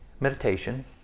Meditation